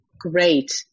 Great